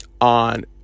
on